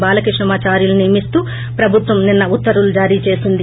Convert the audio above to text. బాలక్రిష్ణమాచార్యులును నియమిస్తూ ప్రభుత్వం నిన్న ఉత్తర్వులు జారీ చేసింది